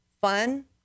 fun